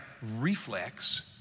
reflex